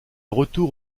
retour